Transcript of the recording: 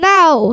Now